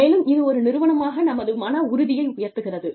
மேலும் இது ஒரு நிறுவனமாக நமது மன உறுதியை உயர்த்துகிறது